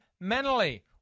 mentally